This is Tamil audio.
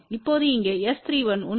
இப்போது இங்கே S31உண்மையில் சமம் மைனஸ் 9